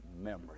memory